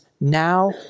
now